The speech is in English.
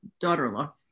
daughter-in-law